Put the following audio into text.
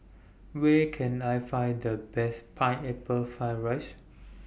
Where Can I Find The Best Pineapple Fried Rice